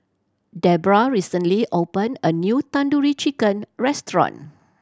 Debrah recently opened a new Tandoori Chicken Restaurant